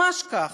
ממש כך.